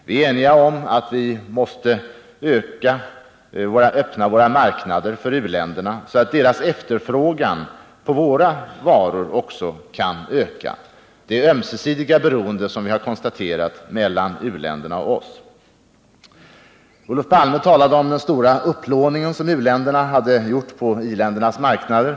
Vi är eniga om att vi måste öppna våra marknader för u-länderna så att också deras efterfrågan på våra varor kan öka — det ömsesidiga beroende som vi har konstaterat mellan u-länderna och oss. Olof Palme talade om den stora upplåning som u-länderna har gjort på iländernas marknader.